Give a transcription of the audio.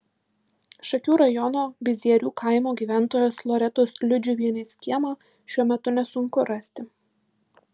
šakių rajono bizierių kaimo gyventojos loretos liudžiuvienės kiemą šiuo metu nesunku rasti